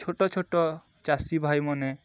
ଛୋଟ ଛୋଟ ଚାଷୀ ଭାଇମାନେ